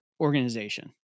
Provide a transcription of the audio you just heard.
organization